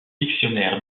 dictionnaire